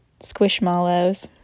Squishmallows